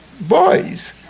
boys